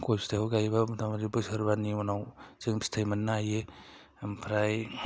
गय फिथाइखौ गायोब्ला मथा मथि बोसोरबानि उनाव जों फिथाइ मोननो हायो ओमफ्राय